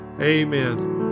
Amen